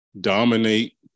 dominate